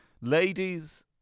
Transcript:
Ladies